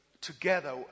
together